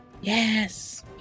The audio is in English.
Yes